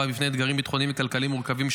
בפני אתגרים ביטחוניים וכלכליים מורכבים,